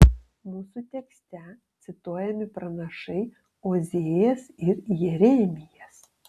mūsų tekste cituojami pranašai ozėjas ir jeremijas